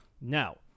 Now